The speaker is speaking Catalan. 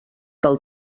del